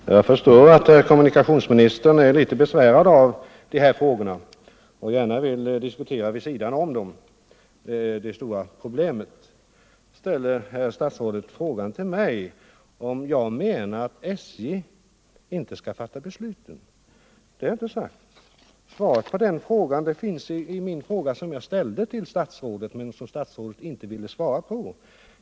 Herr talman! Jag förstår att herr kommunikationsministern är litet besvärad av de här frågorna och gärna vill diskutera vid sidan om det stora problemet. Nu ställer herr statsrådet frågan till mig, om jag menar att SJ inte skall fatta besluten. Det har jag inte sagt. Svaret på denna fråga finns i den fråga som jag ställde till statsrådet men som statsrådet inte ville svara på.